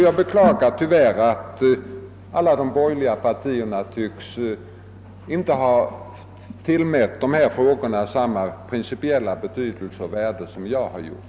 Jag beklagar att de borgerliga partierna inte tycks ha tillmätt dessa frågor samma principiella betydelse och värde som jag har gjort.